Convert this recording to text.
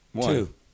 Two